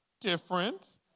different